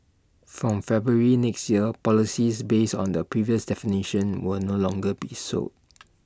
from February next year policies based on the previous definitions will no longer be sold